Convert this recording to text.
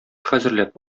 хәзерләп